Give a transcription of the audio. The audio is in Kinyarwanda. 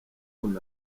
kun